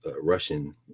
Russian